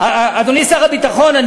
אדוני שר הביטחון.